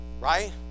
right